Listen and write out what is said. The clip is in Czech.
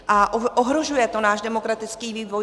A ohrožuje to náš demokratický vývoj.